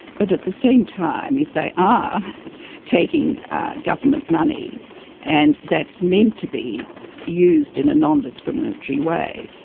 but at the same time if they are taking government money and that's meant to be used in a non-discriminatory way,